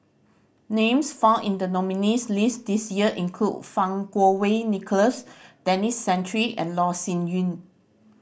names found in the nominees' list this year include Fang Kuo Wei Nicholas Denis Santry and Loh Sin Yun